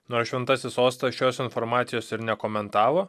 nors šventasis sostas šios informacijos ir nekomentavo